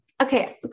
Okay